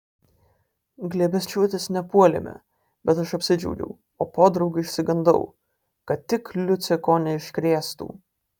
glėbesčiuotis nepuolėme bet aš apsidžiaugiau o podraug išsigandau kad tik liucė ko neiškrėstų